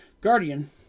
guardian